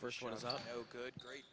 first one is a good great